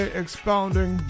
expounding